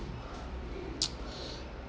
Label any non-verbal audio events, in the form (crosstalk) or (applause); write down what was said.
(noise)